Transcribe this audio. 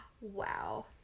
Wow